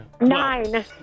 Nine